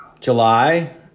July